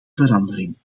verandering